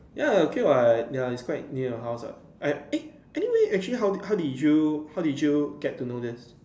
ya okay what ya it's quite near your house what eh anyway how did you how did you get to know this